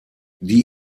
die